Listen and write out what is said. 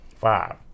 Five